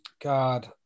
God